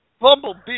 Bumblebee